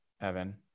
Evan